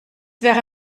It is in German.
wäre